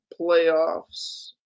playoffs